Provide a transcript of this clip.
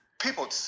people